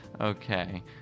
Okay